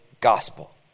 gospel